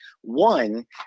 One